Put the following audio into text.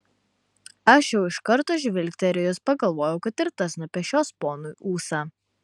aš jau iš karto žvilgterėjus pagalvojau kad ir tas nupešios ponui ūsą